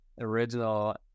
original